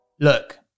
Look